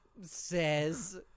says